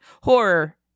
Horror